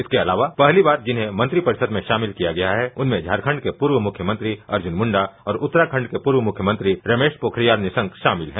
इसके अलावा पहली बार जिन्हें मंत्रिपरिषद में शामिल किया गया है उनमें झारखंड के पूर्व मुख्य मंत्री अर्जुन मुंडा और उत्तरराखंड के पूर्व मुख्यमंत्री रमेश पोखरियाल निशंक शामिल हैं